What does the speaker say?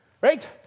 right